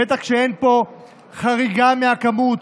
בטח כשאין פה חריגה מהכמות,